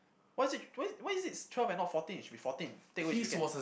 why is it why why is it twelve and not fourteen it should be fourteen take away his weekend